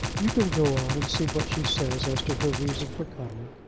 you can go on and see what she says as to her reason for coming.